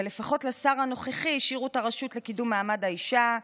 ולפחות לשר הנוכחי השאירו את הרשות לקידום מעמד האישה,